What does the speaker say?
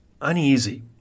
uneasy